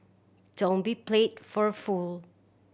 don't be play for fool